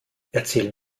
erzähl